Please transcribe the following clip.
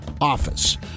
Office